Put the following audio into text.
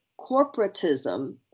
corporatism